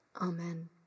Amen